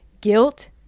guilt